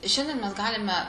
šiandien mes galime